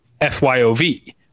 fyov